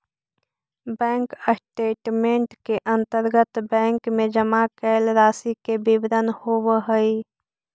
bank statement के अंतर्गत bank में जमा कैल राशि के विवरण होवऽ हइ